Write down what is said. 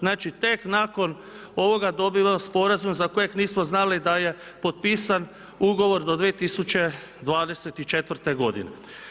Znači tek nakon ovoga dobivamo sporazum za kojeg nismo znali da je potpisan ugovor do 2024. godine.